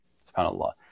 subhanAllah